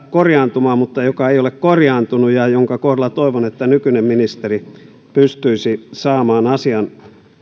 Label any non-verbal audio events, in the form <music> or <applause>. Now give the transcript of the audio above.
<unintelligible> korjaantumaan mutta joka ei ole korjaantunut ja jonka kohdalla toivon että nykyinen ministeri pystyisi saamaan asian